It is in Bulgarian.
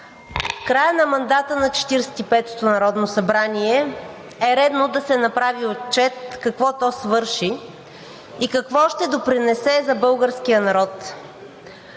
края на мандата на Четиридесет и петото народно събрание е редно да се направи отчет какво то свърши и какво ще допринесе за българския народ.